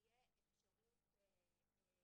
חשוב לנו שתהיה להורה אפשרות לבחור,